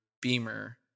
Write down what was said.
Beamer